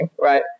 right